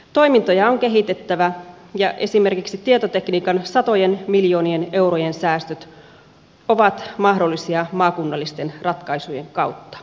toimintoja on kehitettävä ja esimerkiksi tietotekniikan satojen miljoonien eurojen säästöt ovat mahdollisia maakunnallisten ratkaisujen kautta